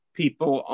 people